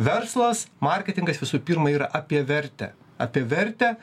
verslas marketingas visų pirma yra apie vertę apie vertę